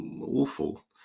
awful